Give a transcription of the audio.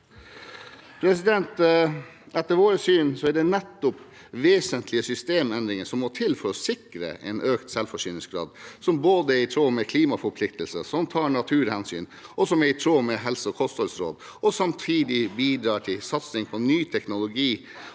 redusert. Etter vårt syn er det nettopp vesentlige systemendringer som må til for å sikre en økt selvforsyningsgrad, som både er i tråd med klimaforpliktelser, som tar naturhensyn, som er i tråd med helse- og kostholdsråd, som samtidig bidrar til satsing på ny teknologi,